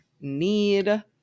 need